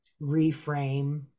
reframe